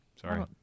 Sorry